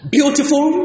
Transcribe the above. Beautiful